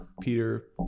Peter